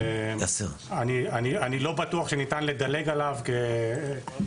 ואני לא בטוח שניתן לדלג עליו ולהתייחס